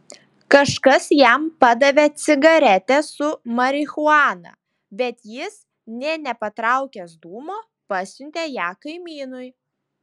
kažkas jam padavė cigaretę su marihuana bet jis nė nepatraukęs dūmo pasiuntė ją kaimynui